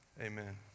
amen